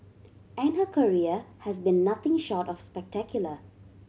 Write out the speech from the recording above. and her career has been nothing short of spectacular